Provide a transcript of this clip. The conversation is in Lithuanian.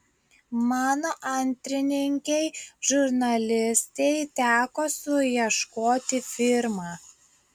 mano antrininkei žurnalistei teko suieškoti firmą